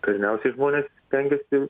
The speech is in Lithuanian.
galiausiai žmonės stengiasi